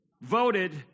voted